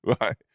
Right